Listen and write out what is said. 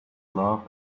love